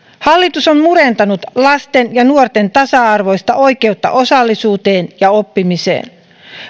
hallitus on murentanut lasten ja nuorten tasa arvoista oikeutta osallisuuteen ja oppimiseen